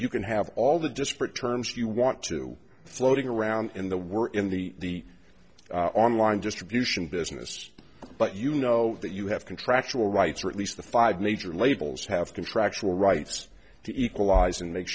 you can have all the disparate terms you want to floating around in the were in the online distribution business but you know that you have contractual rights or at least the five major labels have contractual rights to equalize and make